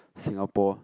Singapore